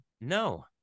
no